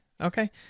Okay